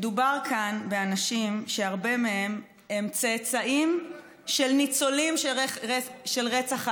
מדובר כאן באנשים שהרבה מהם הם צאצאים של ניצולים של רצח העם,